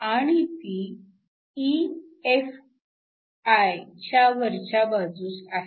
आणि ती EFi च्या वरच्या बाजूस आहे